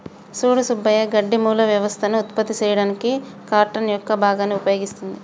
సూడు సుబ్బయ్య గడ్డి మూల వ్యవస్థలను ఉత్పత్తి చేయడానికి కార్టన్ యొక్క భాగాన్ని ఉపయోగిస్తుంది